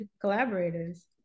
collaborators